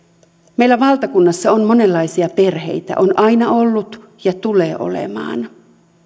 meillä valtakunnassa on monenlaisia perheitä on aina ollut ja tulee olemaan